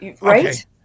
Right